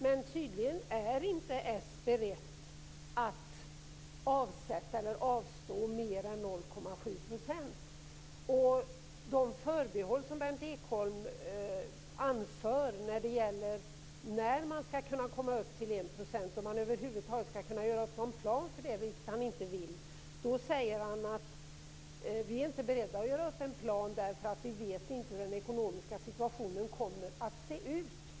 Men tydligen är Socialdemokraterna inte beredda att avsätta eller avstå mer än 0,7 %. De förbehåll som Berndt Ekholm anför i fråga om när man skall komma upp till 1 %- om man över huvud taget skall göra upp någon plan för det, vilket han inte vill - är att man inte är beredd att göra upp en plan för det därför att man vet inte hur den ekonomiska situationen kommer att se ut.